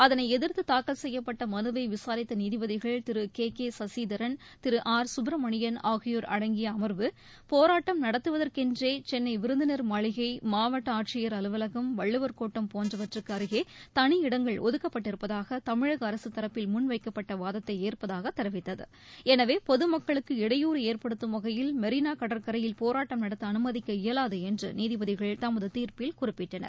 அதளை எதிர்த்து தாக்கல் செய்யப்பட்ட மனுவை விசாரித்த நீதிபதிகள் Thiru K K Sasidharan Thiru R Subramanian ஆகியோர் அடங்கிய அம்வு போராட்டம் நடத்துவதற்கென்றே சென்னை விருந்தினா் மாளிகை மாவட்ட ஆட்சியர் அலுவலகம் வள்ளுவர்கோட்டம் போன்றவற்றுக்கு அருகே தனி இடங்கள் ஒதுக்கப்பட்டிருப்பதாக தமிழக அரசு தரப்பில் முன் வைக்கப்பட்ட வாதத்தை ஏற்பதாக தெரிவித்தது எனவே பொதுமக்களுக்கு இடையூறு ஏற்படுத்தும் வகையில் மெரினா கடற்கரையில் போராட்டம் நடத்த அனுமதிக்க இயலாது என்று நீதிபதிகள் தமது தீர்ப்பில் குறிப்பிட்டனர்